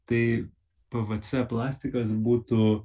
tai pvc plastikas būtų